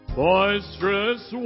boisterous